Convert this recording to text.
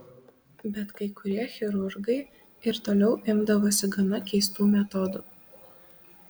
bet kai kurie chirurgai ir toliau imdavosi gana keistų metodų